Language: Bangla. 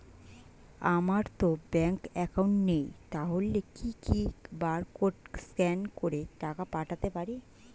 আমারতো ব্যাংক অ্যাকাউন্ট নেই তাহলে কি কি বারকোড স্ক্যান করে টাকা পাঠাতে পারি?